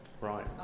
Right